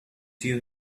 due